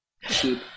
cheap